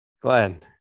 Glenn